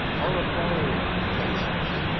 corroborying places,